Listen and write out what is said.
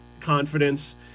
confidence